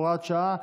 הוראת שעה),